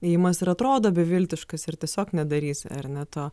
ėjimas ir atrodo beviltiškas ir tiesiog nedarys ar ne to